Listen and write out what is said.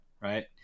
Right